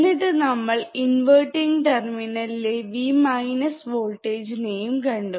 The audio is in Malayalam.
എന്നിട്ട് നമ്മൾ ഇൻവെർട്ടിങ് ടെർമിനേലിലെ V വോൾടേജ്നെയും കണ്ടു